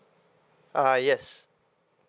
ah yes